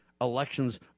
elections